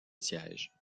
siège